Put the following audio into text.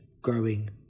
growing